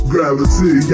Gravity